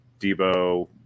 Debo